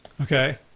Okay